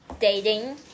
dating